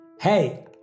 Hey